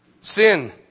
sin